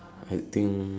I think